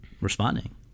responding